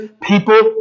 people